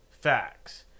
facts